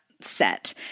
set